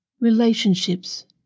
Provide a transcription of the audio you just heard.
relationships